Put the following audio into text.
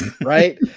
right